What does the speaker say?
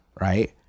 Right